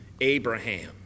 Abraham